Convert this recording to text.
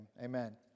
Amen